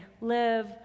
live